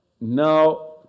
Now